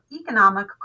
economic